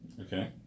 Okay